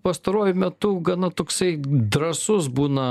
pastaruoju metu gana toksai drąsus būna